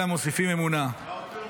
אלא מוסיפים אמונה,